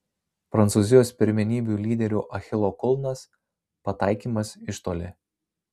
prancūzijos pirmenybių lyderių achilo kulnas pataikymas iš toli